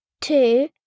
two